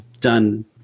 done